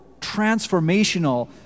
transformational